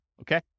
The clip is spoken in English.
Okay